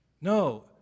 No